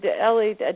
Ellie